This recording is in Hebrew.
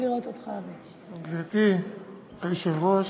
גברתי היושבת-ראש,